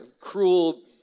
cruel